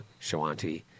Shawanti